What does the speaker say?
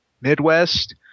Midwest